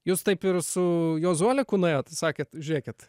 jūs taip ir su juozu oleku nuėjot sakėt žiūrėkit